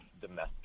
domestic